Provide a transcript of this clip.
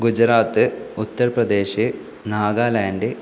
Gujarat Uttar Pradesh Nagaland